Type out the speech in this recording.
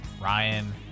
Ryan